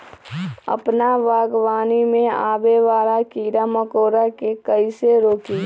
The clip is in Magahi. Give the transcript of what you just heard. अपना बागवानी में आबे वाला किरा मकोरा के कईसे रोकी?